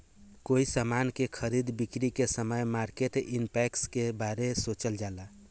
कोई समान के खरीद बिक्री के समय मार्केट इंपैक्ट के बारे सोचल जाला